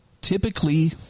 typically